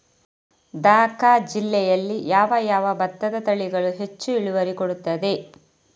ದ.ಕ ಜಿಲ್ಲೆಯಲ್ಲಿ ಯಾವ ಯಾವ ಭತ್ತದ ತಳಿಗಳು ಹೆಚ್ಚು ಇಳುವರಿ ಕೊಡುತ್ತದೆ?